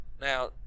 Now